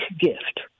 gift